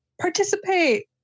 participate